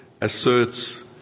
asserts